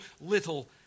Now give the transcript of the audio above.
little